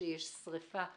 שיש שריפה באורנית,